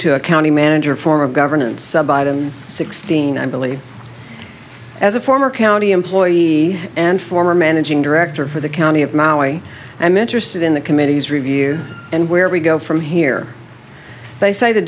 to a county manager form of governance sixteen i believe as a former county employee and former managing director for the county of maui i'm interested in the committee's review and where we go from here they say the